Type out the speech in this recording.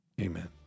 Amen